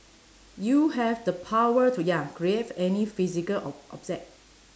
you have the power to ya create any physical ob~ object